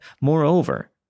Moreover